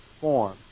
form